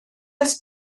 oes